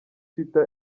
twitter